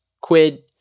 quid